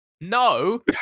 No